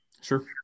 Sure